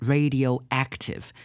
Radioactive